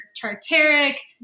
tartaric